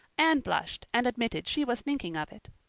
anne blushed and admitted she was thinking of it.